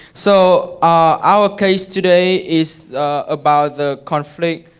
so ah our case today is about the conflict,